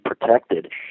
protected